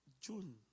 June